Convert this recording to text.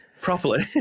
properly